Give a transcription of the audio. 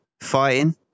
fighting